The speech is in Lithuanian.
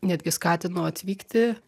netgi skatino atvykti